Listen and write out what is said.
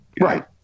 Right